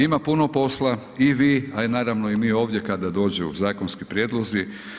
Ima puno posla i vi a i naravno i mi ovdje kada dođu zakonski prijedlozi.